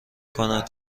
کند